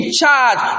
charge